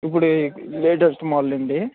ఇప్పుడు latest model అండి